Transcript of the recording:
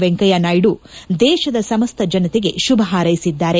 ವೆಂಕಯ್ಯ ನಾಯ್ಡು ದೇಶದ ಸಮಸ್ತ ಜನತೆಗೆ ಶುಭ ಹಾರೈಸಿದ್ದಾರೆ